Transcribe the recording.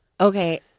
Okay